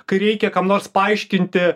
kai reikia kam nors paaiškinti